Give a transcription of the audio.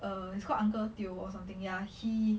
err he's called uncle teo or something ya he